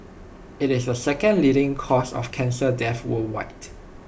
IT is the second leading cause of cancer death worldwide